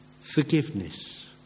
Forgiveness